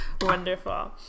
Wonderful